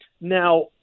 now